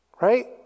Right